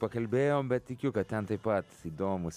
pakalbėjom bet tikiu kad ten taip pat įdomūs